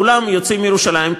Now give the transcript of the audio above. כולם יוצאים מירושלים,